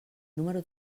número